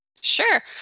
Sure